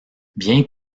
bien